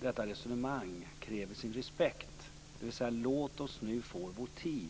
detta resonemang kräver sin respekt. Låt oss nu få vår tid.